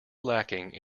lacking